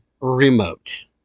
remote